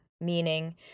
meaning